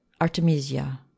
Artemisia